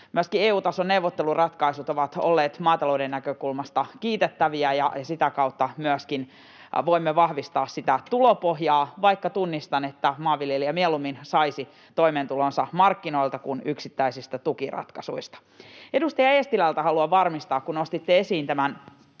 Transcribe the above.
myöskin EU-tason neuvotteluratkaisut ovat olleet maatalouden näkökulmasta kiitettäviä ja sitä kautta voimme myöskin vahvistaa sitä tulopohjaa, vaikka tunnistan, että maanviljelijä mieluummin saisi toimeentulonsa markkinoilta kuin yksittäisistä tukiratkaisuista. Edustaja Eestilältä haluan varmistaa, kun nostitte esiin tämän